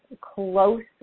close